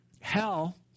Hell